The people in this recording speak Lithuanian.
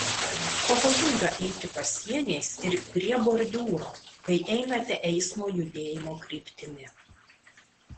pavojinga eiti pasieniais ir prie bordiūro kai einate eismo judėjimo kryptimi